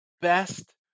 best